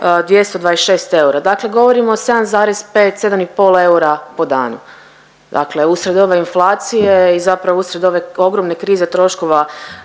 226 eura, dakle govorimo o 7,5, sedam i pol eura po danu. Dakle, uslijed ove inflacije i zapravo uslijed ove ogromne krize troškova